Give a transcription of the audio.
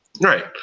right